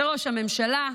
לראש הממשלה,